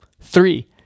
Three